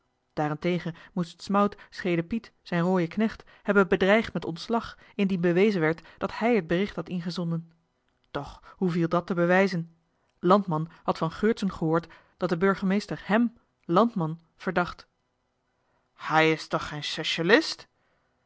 daarentegen moest smout schele piet zijn rooien knecht hebben bedreigd met ontslag indien bewezen werd dat hij het bericht had ingezonden doch hoe viel dat te bewijzen landman had van geurtsen gehoord dat de burgemeester hem landman verdacht hai is tuch ghein